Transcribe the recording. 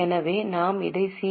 எனவே நாம் அதை சி